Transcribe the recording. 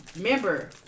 remember